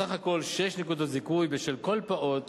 בסך הכול שש נקודות זיכוי בשל כל פעוט